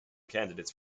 candidates